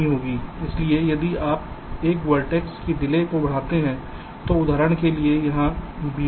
इसलिए यदि आप एक वर्टेक्स की डिले को बढ़ाते हैं तो उदाहरण के लिए यहां V1